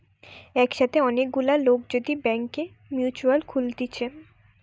একসাথে অনেক গুলা লোক যদি ব্যাংকে মিউচুয়াল খুলতিছে